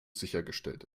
sichergestellt